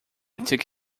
took